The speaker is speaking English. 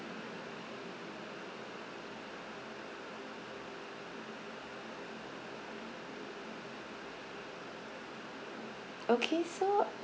okay so